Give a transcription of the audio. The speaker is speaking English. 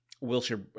Wilshire